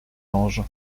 anges